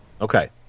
Okay